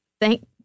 Thank